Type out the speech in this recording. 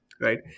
right